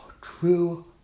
true